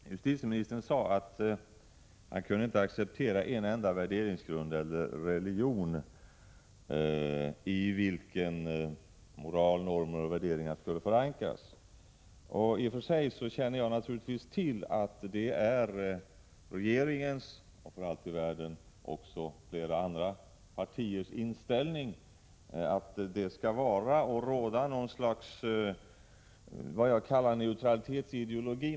Herr talman! Justitieministern sade att han inte kunde acceptera en enda värderingsgrund eller religion i vilken moral, normer och värderingar skulle förankras. I och för sig känner jag naturligtvis till att det är regeringens, och för allt i världen också flera andra partiers, inställning att det skall råda någon slags vad jag kallar neutralitetsideologi.